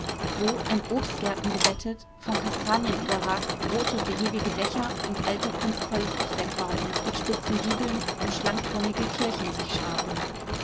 wo in obstgärten gebettet von kastanien überragt rote behäbige dächer und alte kunstvolle fachwerkbauten mit spitzen giebeln um schlankturmige kirchen sich scharten